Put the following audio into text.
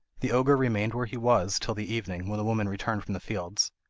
the ogre remained where he was, till the evening, when the woman returned from the fields.